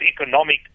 economic